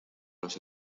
los